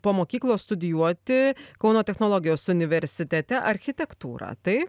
po mokyklos studijuoti kauno technologijos universitete architektūrą tai